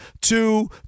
two